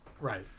Right